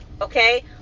okay